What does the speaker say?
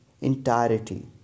entirety